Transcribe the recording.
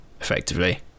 effectively